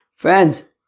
Friends